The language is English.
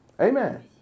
Amen